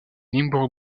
limbourg